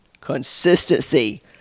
consistency